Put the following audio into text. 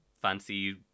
fancy